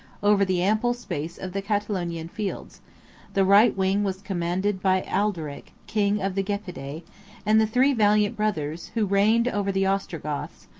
over the ample space of the catalaunian fields the right wing was commanded by ardaric, king of the gepidae and the three valiant brothers, who reigned over the ostrogoths,